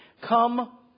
come